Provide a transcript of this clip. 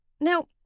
Now